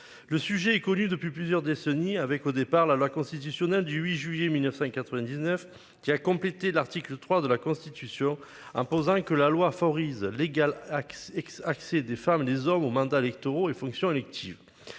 Le sujet est connue depuis plusieurs décennies avec au départ la loi constitutionnelle du 8 juillet 1999 qui a complété l'article 3 de la Constitution imposant que la loi favorise l'égal accès accès des femmes et des hommes aux mandats électoraux et fonctions électives.